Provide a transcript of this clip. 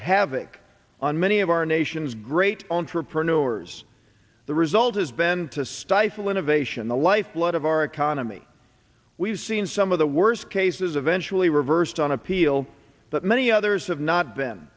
havoc on many of our nation's great entrepreneurs the result has been to stifle innovation the life a lot of our economy we've seen some of the worst cases eventually reversed on appeal that many others have not been